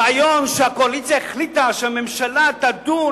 הרעיון שהקואליציה החליטה שהממשלה תדון